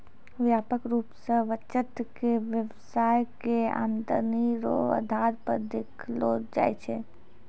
व्यापक रूप से बचत के व्यवसाय के आमदनी रो आधार पर देखलो जाय छै